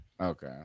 Okay